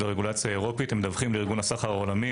הרגולציה האירופית הם מדווחים לארגון הסחר העולמי.